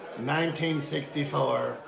1964